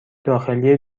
داخلی